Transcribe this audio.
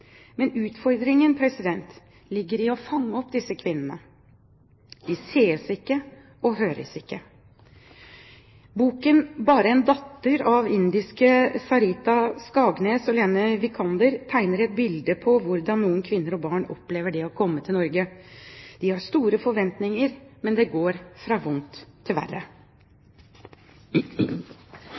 Men utfordringen ligger i å fange opp disse kvinnene. De ses ikke og høres ikke. Boken «Bare en datter» av indiske Sarita Skagnes og Lene Wikander tegner et bilde av hvordan noen kvinner og barn opplever det å komme til Norge. De har store forventninger, men det går fra vondt til verre.